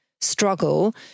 struggle